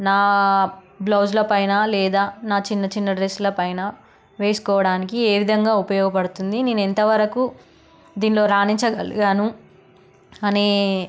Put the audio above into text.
నా బ్లౌజుల పైన లేదా నా చిన్న చిన్న డ్రెస్ల పైన వేసుకోవడానికి ఏ విధంగా ఉపయోగపడుతుంది నేను ఎంతవరకు దీనిలో రాణించగలిగాను అని